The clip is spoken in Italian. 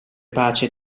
pace